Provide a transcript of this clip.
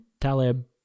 Taleb